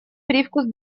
привкус